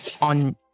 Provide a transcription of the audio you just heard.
on